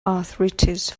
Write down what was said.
arthritis